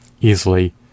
easily